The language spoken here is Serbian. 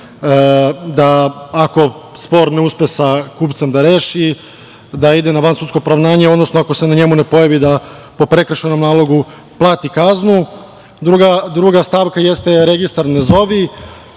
da ako spor ne uspe sa kupcem da reši, da ide na vansudsko poravnanje, odnosno ako se na njemu ne pojavi, da po prekršajnom nalogu plati kaznu. Druga stavka jeste registar "Ne zovi".